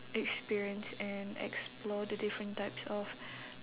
experience and explore the different types of